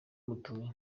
mutuye